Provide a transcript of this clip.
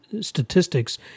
statistics